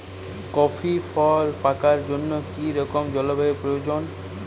Coffee ফল পাকার জন্য কী রকম জলবায়ু প্রয়োজন?